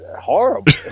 horrible